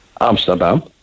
Amsterdam